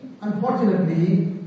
Unfortunately